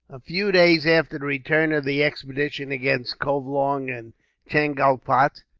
a few days after the return of the expedition against covelong and chengalpatt,